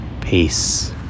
peace